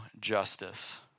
justice